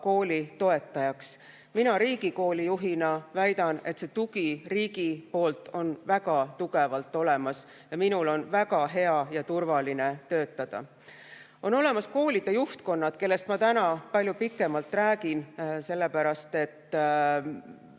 kooli toetaja. Mina riigikooli juhina väidan, et tugi riigi poolt on väga tugevana olemas ja minul on väga hea ja turvaline töötada. On olemas koolide juhtkonnad, kellest ma täna palju pikemalt räägin, sellepärast et,